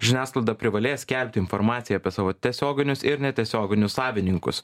žiniasklaida privalės skelbti informaciją apie savo tiesioginius ir netiesioginius savininkus